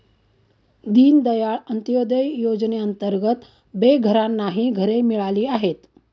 दीनदयाळ अंत्योदय योजनेअंतर्गत बेघरांनाही घरे मिळाली आहेत